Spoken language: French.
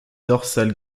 dorsale